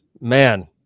man